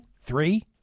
three